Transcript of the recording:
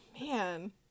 man